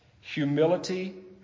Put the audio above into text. Humility